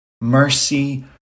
mercy